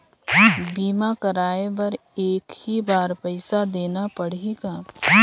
बीमा कराय बर एक ही बार पईसा देना पड़ही का?